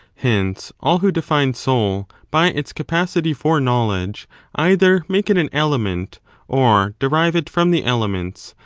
hence all who define soul by its capacity for knowledge either make it an element or derive it from the elements,